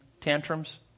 tantrums